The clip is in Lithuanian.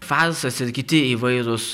farsas ir kiti įvairūs